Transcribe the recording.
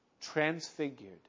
transfigured